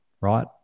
right